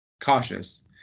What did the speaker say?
cautious